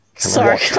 Sorry